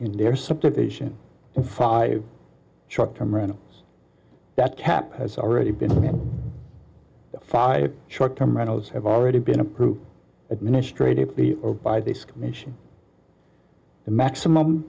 in their subjugation and five short term rentals that cap has already been in five short term rentals have already been approved administratively or by this commission the maximum